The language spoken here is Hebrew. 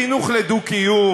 בחינוך לדו-קיום